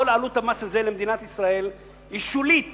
כל עלות המס הזה למדינת ישראל היא שולית